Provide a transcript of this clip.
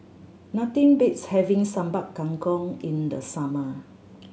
nothing beats having Sambal Kangkong in the summer